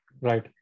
Right